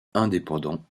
indépendants